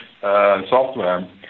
software